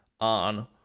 on